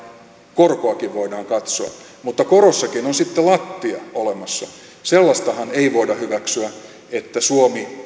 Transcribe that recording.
korkoakin voidaan katsoa mutta korossakin on sitten lattia olemassa sellaistahan ei voida hyväksyä että suomi